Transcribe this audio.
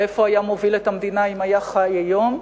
לאן היה מוביל את המדינה אם היה חי היום,